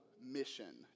mission